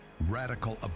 Radical